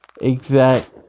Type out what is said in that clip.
exact